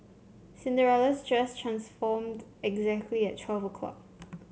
Cinderella's dress transformed exactly at twelve o'clock